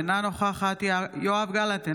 אינה נוכחת יואב גלנט,